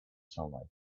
sunlight